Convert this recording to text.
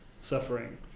suffering